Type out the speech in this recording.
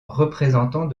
représentant